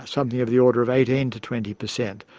something of the order of eighteen to twenty per cent.